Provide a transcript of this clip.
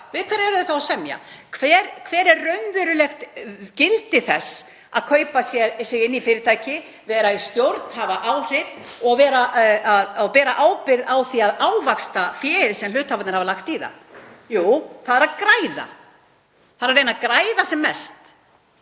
við hverja eru þeir þá að semja? Hvert er raunverulegt gildi þess að kaupa sig inn í fyrirtæki, vera í stjórn, hafa áhrif og bera ábyrgð á því að ávaxta féð sem hluthafarnir hafa lagt í það? Jú, það er að græða. Það er að reyna að græða sem mest,